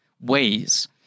ways